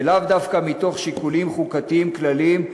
ולאו דווקא מתוך שיקולים חוקתיים כלליים,